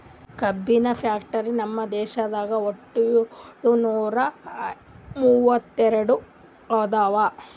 ಕಬ್ಬಿನ್ ಫ್ಯಾಕ್ಟರಿ ನಮ್ ದೇಶದಾಗ್ ವಟ್ಟ್ ಯೋಳ್ನೂರಾ ಮೂವತ್ತೆರಡು ಅದಾವ್